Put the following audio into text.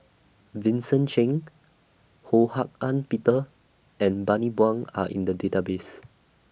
Vincent Cheng Ho Hak Ean Peter and Bani Buang Are in The Database